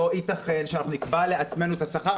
לא יתכן שאנחנו נקבע לעצמנו את השכר,